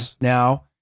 now